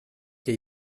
que